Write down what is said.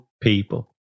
people